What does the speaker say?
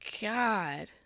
God